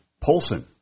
Polson